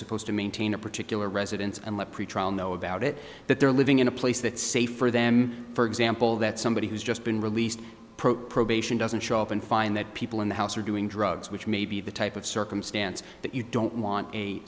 supposed to maintain a particular residence and let pretrial know about it that they're living in a place that safe for them for example that somebody who's just been released probation doesn't show up and find that people in the house are doing drugs which may be the type of circumstance that you don't want a